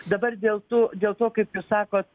dabar dėl tų dėl to kaip jūs sakot